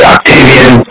Octavian